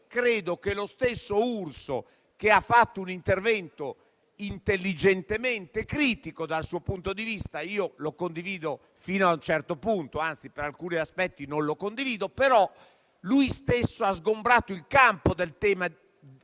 Credo che lo stesso senatore Urso, che ha fatto un intervento intelligentemente critico dal suo punto di vista - io lo condivido fino a un certo punto, anzi, per alcuni aspetti non lo condivido - abbia sgombrato il campo dal tema che